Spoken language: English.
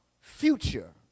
future